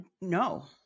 no